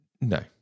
No